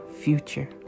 future